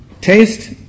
taste